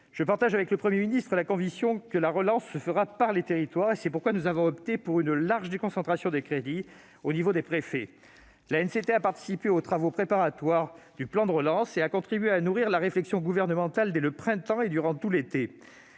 Je partage avec le Premier ministre la conviction que la relance se fera par les territoires. C'est pourquoi nous avons opté pour une large déconcentration des crédits au niveau des préfets. L'ANCT a participé aux travaux préparatoires du plan de relance et a contribué à nourrir la réflexion gouvernementale dès le printemps et durant tout l'été.